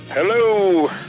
Hello